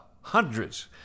hundreds